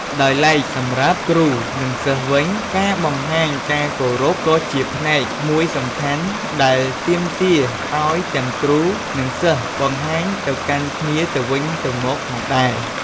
ដោយឡែក សម្រាប់គ្រូ និងសិស្សវិញ ការបង្ហាញការគោរពក៏ជាផ្នែកមួយសំខាន់ ដែលទាមទារឱ្យទាំងគ្រូ និងសិស្សបង្ហាញទៅកាន់គ្នាទៅវិញទៅមកផងដែរ។